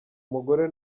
umugore